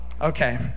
Okay